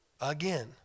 again